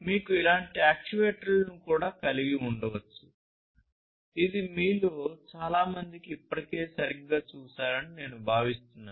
మీరు ఇలాంటి యాక్యుయేటర్లను కూడా కలిగి ఉండవచ్చు ఇది మీలో చాలామంది ఇప్పటికే సరిగ్గా చూశారని నేను భావిస్తున్నాను